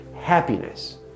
Happiness